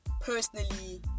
Personally